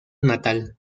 natal